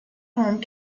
home